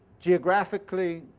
geographically,